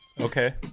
Okay